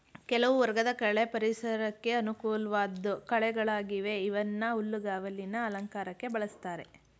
ಕೆಲವು ವರ್ಗದ ಕಳೆ ಪರಿಸರಕ್ಕೆ ಅನುಕೂಲ್ವಾಧ್ ಕಳೆಗಳಾಗಿವೆ ಇವನ್ನ ಹುಲ್ಲುಗಾವಲಿನ ಅಲಂಕಾರಕ್ಕೆ ಬಳುಸ್ತಾರೆ